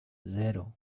zero